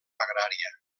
agrària